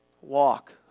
walk